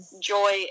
joy